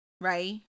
right